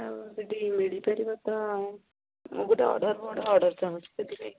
ଆଉ ସେତିକି ମିଳିପାରିବ ତ ଗୋଟେ ଅର୍ଡ଼ର୍ ଚାହୁଁଛି ସେଥିପାଇଁ